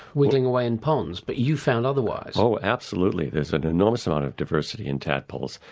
wriggling away in ponds, but you found otherwise. so absolutely, there's and an enormous amount of diversity in tadpoles.